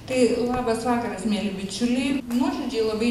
tai labas vakaras mieli bičiuliai nuoširdžiai labai